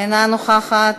אינה נוכחת,